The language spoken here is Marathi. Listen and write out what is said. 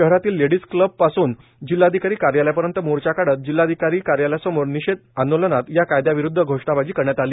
शहारातील लेडीज क्लब पासून जिल्हाधिकारी कार्यालयापर्यंत मोर्चा काढत जिल्हाधिकारी कार्यालयासमोर निषेध आंदोलनात या कायदयाविरुदध घोषणाबाजी करण्यात आली